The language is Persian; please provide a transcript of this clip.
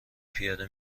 پیاده